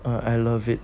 I love it